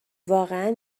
واقعا